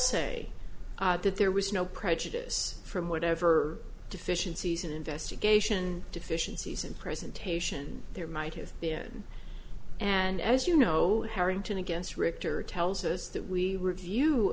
say that there was no prejudice from whatever deficiencies in investigation deficiencies and presentation there might have been and as you know harrington against richter tells us that we review